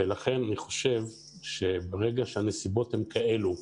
ברגע שהנסיבות הן כאלו,